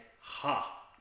Ha